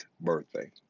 birthday